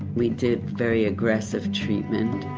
we did very aggressive treatment,